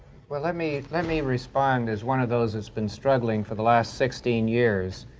well, let me let me respond, as one of those that's been struggling for the last sixteen years,